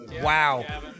Wow